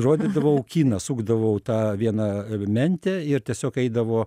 rodydavau kiną sukdavau tą vieną mentę ir tiesiog eidavo